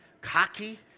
cocky